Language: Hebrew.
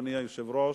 אדוני היושב-ראש,